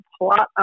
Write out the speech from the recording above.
plot